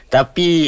Tapi